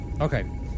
Okay